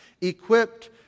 equipped